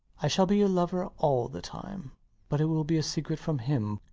i shall be your lover all the time but it will be a secret from him,